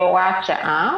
הוראת שעה